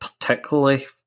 particularly